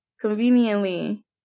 Conveniently